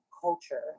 culture